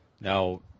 Now